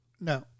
No